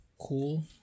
cool